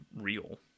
real